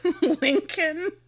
Lincoln